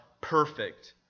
perfect